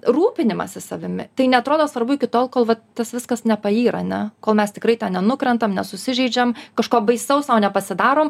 rūpinimasis savimi tai neatrodo svarbu iki tol kol va tas viskas nepayra ane kol mes tikrai tą nenukrentam nesusižeidžiam kažko baisaus sau nepasidaro